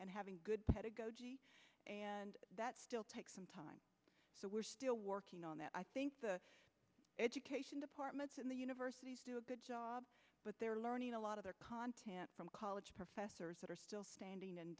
and having good pedagogy that still take some time so we're still working on that i think the education departments in the university but they're learning a lot of their content from college professors that are still standing and